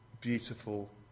beautiful